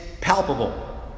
palpable